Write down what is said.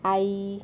आई